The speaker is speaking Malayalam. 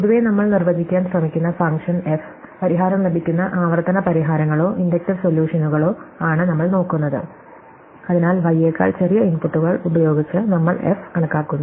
പൊതുവേ നമ്മൾ നിർവചിക്കാൻ ശ്രമിക്കുന്ന ഫങ്ഷൻ എഫ് പരിഹാരം ലഭിക്കുന്ന ആവർത്തന പരിഹാരങ്ങളോ ഇൻഡക്റ്റീവ് സൊല്യൂഷനുകളോ ആണ് നമ്മൾ നോക്കുന്നത് അതിനാൽ y യേക്കാൾ ചെറിയ ഇൻപുട്ടുകൾ ഉപയോഗിച്ച് നമ്മൾ f കണക്കാക്കുന്നു